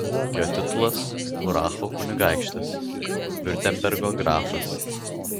jo titulas uracho kunigaikštis viurtembergo grafas